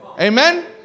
Amen